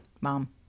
Mom